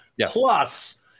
plus